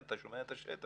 אתה שומע את השטח,